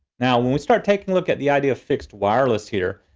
now, when we start taking a look at the idea of fixed wireless here,